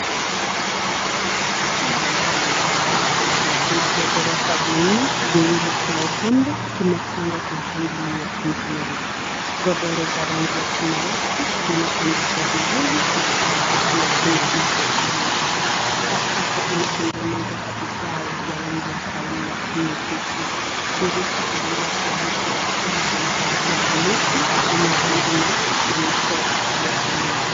Chumba kidogo kilicho na vitanda vya ghorofa vinne, viwili kila upande, kimepangwa kwa mpangilio mzuri. Godoro za rangi ya samawati zimetandikwa vizuri na kila kitanda kina mto mmoja. Sakafu imetengenezwa kwa vigae vya rangi ya kahawia nyepesi. Dirisha lililopo mwisho wa chuma lina pazia la neti lenye rangi nyeupe na michoro ya bluu.